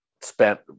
spent